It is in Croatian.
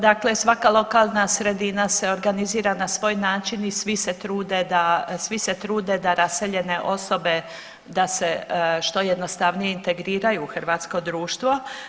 Dakle, svaka lokalna sredina se organizira na svoj način i svi se trude da, svi se trude da raseljene osobe, da se što jednostavnije integriraju u hrvatsko društvo.